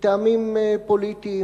מטעמים פוליטיים,